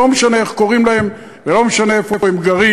לא משנה איך קוראים להם, לא משנה איפה הם גרים.